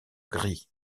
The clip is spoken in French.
gris